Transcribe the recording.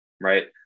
right